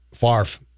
Farf